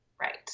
Right